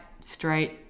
straight